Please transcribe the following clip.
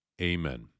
Amen